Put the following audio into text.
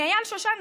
אייל שושן,